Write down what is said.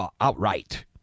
outright